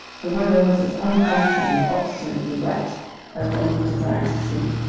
the weather was as unpromising and obstinately wet as one would desire to see.